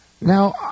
Now